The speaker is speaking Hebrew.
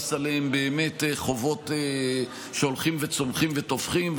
להעמיס עליהם חובות שהולכים וצומחים ותופחים,